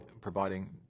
providing